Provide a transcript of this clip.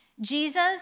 Jesus